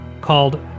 called